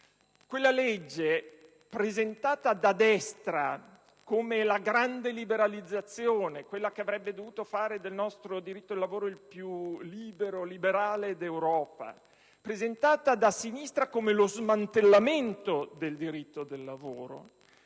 Quella legge, presentata da destra come la "grande liberalizzazione", quella che avrebbe dovuto "fare del nostro diritto del lavoro il più libero e liberale d'Europa", presentata da sinistra come "lo smantellamento del diritto del lavoro",